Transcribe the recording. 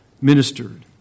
ministered